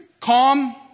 calm